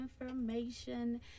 information